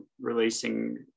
releasing